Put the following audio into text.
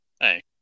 Hey